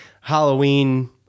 Halloween